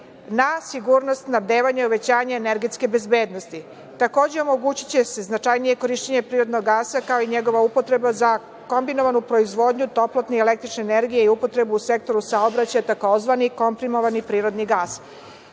na sigurnost snabdevanja i uvećanje energetske bezbednosti. Takođe, omogućiće se značajnije korišćenje prirodnog gasa, kao i njegova upotreba za kombinovanu proizvodnju toplotne i električne energije i upotrebu u sektoru saobraća, tzv. komprimovani prirodni